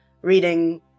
reading